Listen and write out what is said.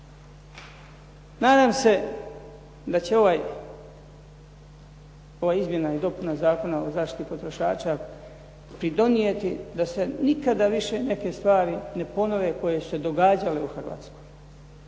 Nadam se da će ova izmjena i dopuna Zakona o zaštiti potrošača pridonijeti da se nikada više neke stvari ne ponove koje su se događale u Hrvatskoj,